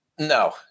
No